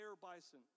bison